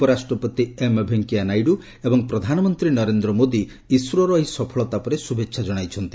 ଉପରାଷ୍ଟପତି ଏମ୍ ଭେଙ୍କେୟା ନାଇଡ଼ ଏବଂ ପ୍ରଧାନମନ୍ତ୍ରୀ ନରେନ୍ଦ୍ର ମୋଦି ଇସ୍ରୋର ଏହି ସଫଳତା ପରେ ଶୁଭେଚ୍ଛା କଣାଇଛନ୍ତି